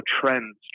trends